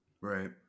Right